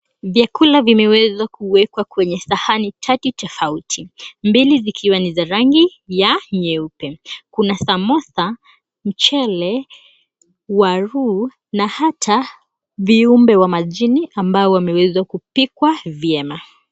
Vyakula vimeweza kuwekwa kwenye sahani tatu tofauti, mbili zikiwa ni za rangi ya nyeupe. Kuna samosa, mchele, waru na hata viumbe wa majini ambao wameweza kupikwa vyema.